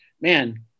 man